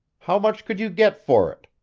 how much could you get for it?